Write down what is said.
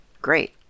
great